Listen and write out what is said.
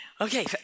Okay